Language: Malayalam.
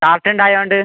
ചാർട്ടൊണ്ടായോണ്ട്